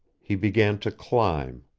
he began to climb.